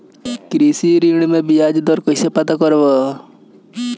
कृषि ऋण में बयाज दर कइसे पता करब?